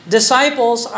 Disciples